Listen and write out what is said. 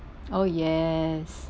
oh yes